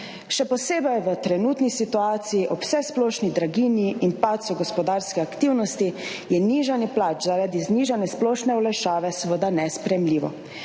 Še posebej v trenutni situaciji ob vsesplošni draginji in padcu gospodarske aktivnosti, je nižanje plač zaradi znižane splošne olajšave seveda nesprejemljivo.